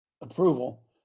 approval